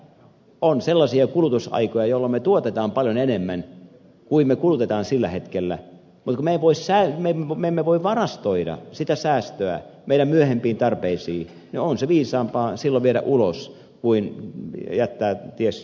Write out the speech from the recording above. on sellaisia kulutusaikoja jolloin me tuotamme paljon enemmän kuin me kulutamme sillä hetkellä mutta kun me emme voi varastoida sitä säästöä meidän myöhempiin tarpeisiimme niin on se viisaampaa silloin viedä ulos kuin jättää ties minne